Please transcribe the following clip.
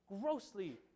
grossly